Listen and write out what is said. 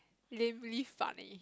lamely funny